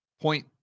point